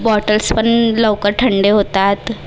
बॉटल्सपण लवकर ठंडे होतात